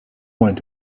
went